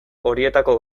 horietako